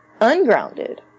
ungrounded